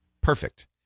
Perfect